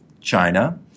China